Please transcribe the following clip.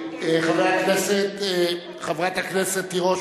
חברת הכנסת תירוש,